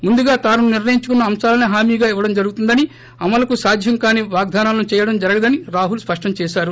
ముందుగా తాను నిర్ణయించుకున్న అంశాలసే హామీగా ఇవ్వడం ి ప్రస్తుందని అమలుకు సాధ్యంకాని వాగ్దానాలను చేయడం జరగదని అని రాహుల్ స్పష్టం చేశారు